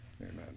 Amen